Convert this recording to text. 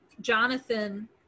Jonathan